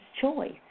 choice